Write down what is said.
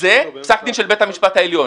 זה פסק דין של בית המשפט העליון.